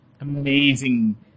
amazing